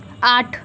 আট